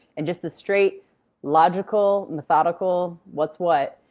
and just a straight logical, methodical, what's what,